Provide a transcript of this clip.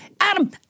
adam